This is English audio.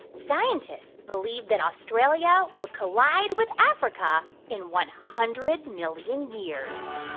scientists believe that australia will collide with africa in one hundred million years?